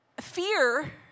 fear